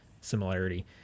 similarity